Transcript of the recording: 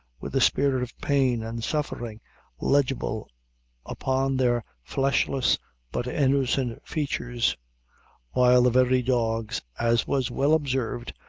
with a spirit of pain and suffering legible upon their fleshless but innocent features while the very dogs, as was well observed,